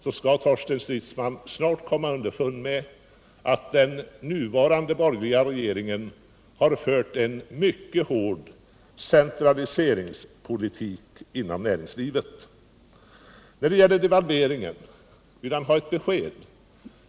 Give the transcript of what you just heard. Då skall Torsten Stridsman snart komma underfund med att den nuvarande borgerliga regeringen har fört en mycket hård centraliseringspolitik inom näringslivet. I fråga om devalveringen vill Torsten Stridsman ha ett besked.